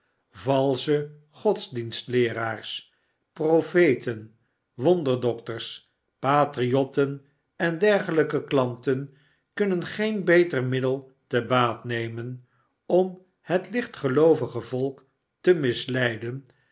valsche godsdienstleeraars profeten wonderdokters patriotten en dergelijke klanten kunnen geen beter middel te baat nemen om het lichtgeloovige volk te misleiden